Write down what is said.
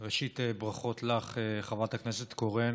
ראשית, ברכות לך, חברת הכנסת קורן,